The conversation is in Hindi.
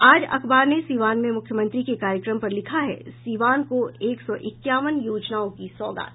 आज अखबार ने सीवान में मुख्यमंत्री के कार्यक्रम पर लिखा है सीवान को एक सौ इक्यावन योजनाओं की सौगात